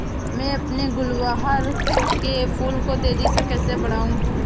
मैं अपने गुलवहार के फूल को तेजी से कैसे बढाऊं?